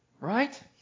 Right